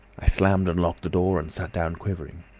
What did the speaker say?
i slammed and locked the door and sat down quivering.